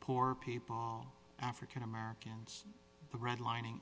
poor people african americans redlining